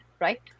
right